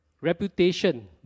reputation